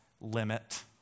limit